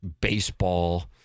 baseball